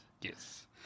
Yes